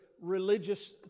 religious